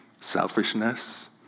selfishness